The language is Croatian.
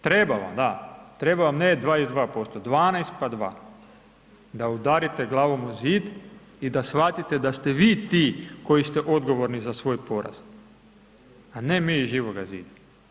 Treba vam, da, treba ne 22%, ne 12 pa 2 da udarite glavom u zid i da shvatite da ste vi ti koji ste odgovorni za svoj poraz a ne mi iz Živoga zida.